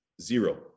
zero